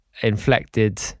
inflected